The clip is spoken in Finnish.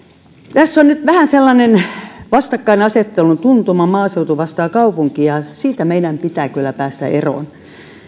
tässä on nyt vähän sellainen vastakkainasettelun tuntuma maaseutu vastaan kaupunki ja siitä meidän pitää kyllä päästä eroon